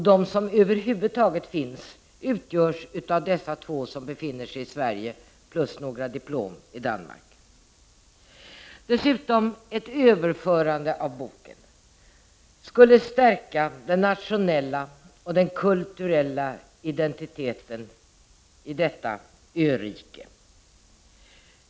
De som över huvud taget finns är dessa två, som befinner sig i Sverige, plus några diplom i Danmark. Ett överförande av boken skulle dessutom stärka den nationella och den kulturella identiteten i detta örike.